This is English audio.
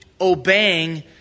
obeying